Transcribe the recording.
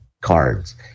cards